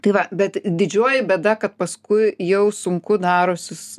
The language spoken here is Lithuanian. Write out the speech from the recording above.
tai va bet didžioji bėda kad paskui jau sunku darosi s